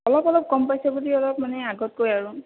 অলপ অলপ কম পাইছে বুলি অলপ মানে আগতকৈ আৰু